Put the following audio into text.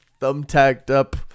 thumbtacked-up